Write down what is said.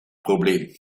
probleem